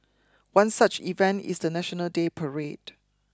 one such event is the National Day parade